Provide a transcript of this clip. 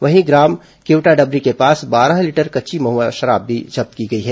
वहीं ग्राम केवटाडबरी के पास बारह लीटर कच्ची महुआ शराब भी जब्त की गई है